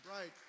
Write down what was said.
right